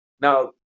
Now